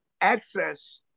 access